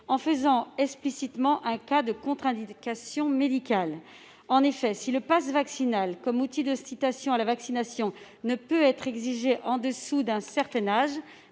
en faisant explicitement de cet état un cas de contre-indication médicale. En effet, si le passe vaccinal comme outil d'incitation à la vaccination ne peut être exigé au-dessous d'un certain âge-